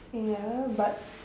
ya but